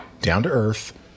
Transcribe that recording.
down-to-earth